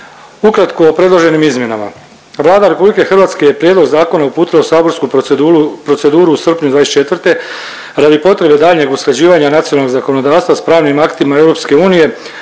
Ukratko o predloženim izmjenama. Vlada Republike Hrvatske je prijedlog zakona uputila u saborsku proceduru u srpnju 2024. radi potrebe daljnjeg usklađivanja nacionalnog zakonodavstva sa pravnim aktima EU